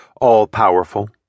all-powerful